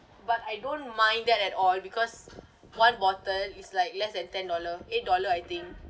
but I don't mind that at all because one bottle is like less than ten dollar eight dollar I think